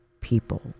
people